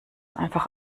einfach